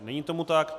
Není tomu tak.